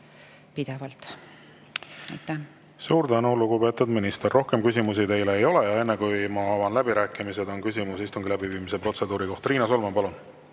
pidevalt. Suur tänu, lugupeetud minister! Rohkem küsimusi teile ei ole. Enne, kui ma avan läbirääkimised, on küsimus istungi läbiviimise protseduuri kohta. Riina Solman, palun!